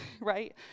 right